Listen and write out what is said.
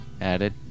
added